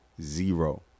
zero